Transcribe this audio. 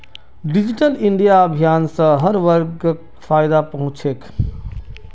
digital India अभियान स हर वर्गक फायदा पहुं च छेक